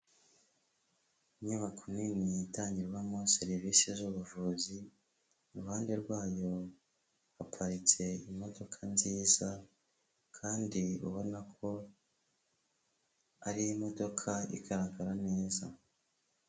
Inyubako nini itangirwamo serivise z'ubuvuzi, iruhande rwayo haparitse imodoka nziza kandi ubona ko ari imodoka igaragara neza.